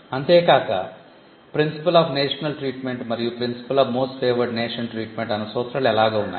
అంతే కాక principle of national treatment మరియు principle of most favored nation treatment అన్న సూత్రాలు ఎలాగో ఉన్నాయి